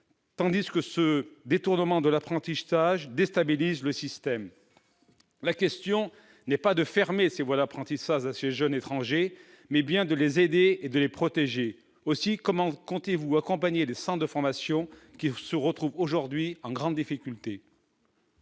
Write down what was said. tandis que ce détournement de l'apprentissage déstabilise le système. La question est non pas de fermer les voies d'apprentissage à ces jeunes étrangers, mais bien de les aider et de les protéger. Aussi, comment comptez-vous accompagner les centres de formation qui se trouvent aujourd'hui en grande difficulté ?